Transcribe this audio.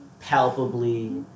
palpably